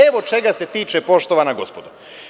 Evo čega se tiče, poštovan gospodo.